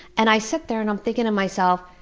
and i sit there and um thinking to myself,